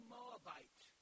Moabite